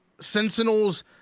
Sentinels